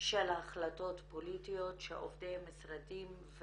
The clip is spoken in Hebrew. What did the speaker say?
של החלטות פוליטיות שעובדי משרדים,